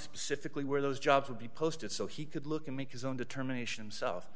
specifically where those jobs would be posted so he could look and make his own determination self